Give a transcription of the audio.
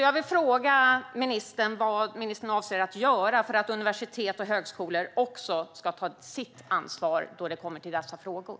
Jag vill därför fråga ministern vad hon avser att göra för att universitet och högskolor också ska ta sitt ansvar när det kommer till dessa frågor.